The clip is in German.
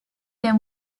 der